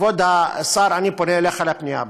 כבוד השר, אני פונה אליך בפנייה הבאה: